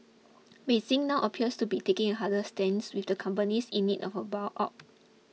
Beijing now appears to be taking a harder stance with the companies in need of a bail out